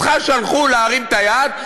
אותך שלחו להרים את היד.